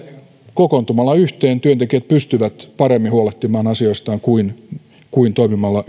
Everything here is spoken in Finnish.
kokoontumalla yhteen työntekijät pystyvät paremmin huolehtimaan asioistaan kuin kuin toimimalla